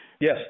Yes